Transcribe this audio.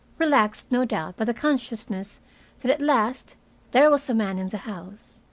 relaxed no doubt by the consciousness that at last there was a man in the house.